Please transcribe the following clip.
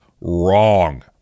wrong